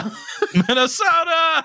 Minnesota